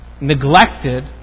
neglected